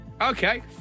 Okay